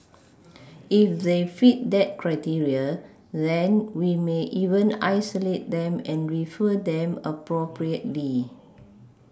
if they fit that criteria then we may even isolate them and refer them appropriately